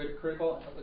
critical